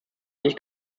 nicht